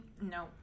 no